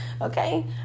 Okay